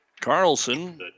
Carlson